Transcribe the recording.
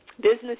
business